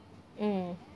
mm